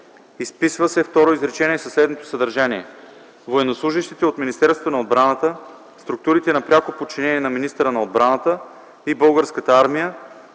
„Изписва се второ изречение със следното съдържание: „Военнослужещите от Министерството на отбраната, структурите на пряко подчинение на министъра на отбраната и Българската армия